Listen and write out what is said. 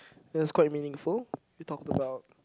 it was quite meaningful we talk about